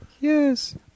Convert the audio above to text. yes